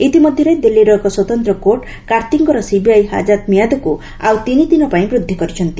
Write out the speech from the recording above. ଇତି ମଧ୍ୟରେ ଦିଲ୍ଲୀର ଏକ ସ୍ୱତନ୍ତ୍ର କୋର୍ଟ କାର୍ତ୍ତିଙ୍କର ସିବିଆଇ ହାଜତ ମିଆଦକୁ ଆଉ ତିନି ଦିନପାଇଁ ବୃଦ୍ଧି କରିଛନ୍ତି